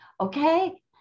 Okay